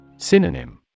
Synonym